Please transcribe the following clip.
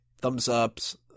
thumbs-ups